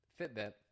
fitbit